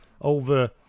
over